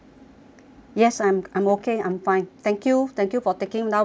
yes I'm I'm okay I'm fine thank you thank you for taking down my order